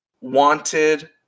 wanted